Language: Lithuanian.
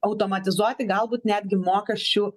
automatizuoti galbūt netgi mokesčių